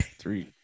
three